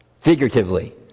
Figuratively